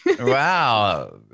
Wow